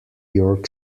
york